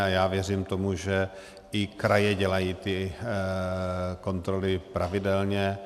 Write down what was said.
A já věřím tomu, že i kraje dělají ty kontroly pravidelně.